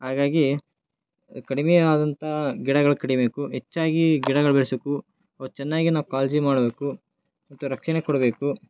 ಹಾಗಾಗಿ ಕಡಿಮೆ ಆದಂತಹ ಗಿಡಗಳು ಕಡಿಬೇಕು ಹೆಚ್ಚಾಗಿ ಗಿಡಗಳು ಬೆಳೆಸಬೇಕು ಚೆನ್ನಾಗಿ ನಾವು ಕಾಳಜಿ ಮಾಡಬೇಕು ಮತ್ತು ರಕ್ಷಣೆ ಕೊಡಬೇಕು